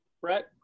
Brett